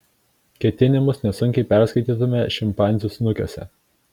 ketinimus nesunkiai perskaitytume šimpanzių snukiuose